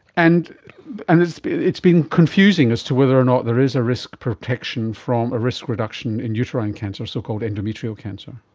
and and it's been it's been confusing as to whether or not there is a risk protection, a risk reduction in uterine cancer, so-called endometrial cancer.